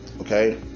okay